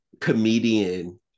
comedian